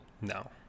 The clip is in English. No